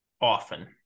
often